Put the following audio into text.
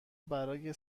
برای